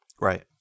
Right